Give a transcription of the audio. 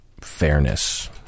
fairness